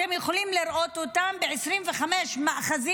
אתם יכולים לראות אותן ב-25 מאחזים,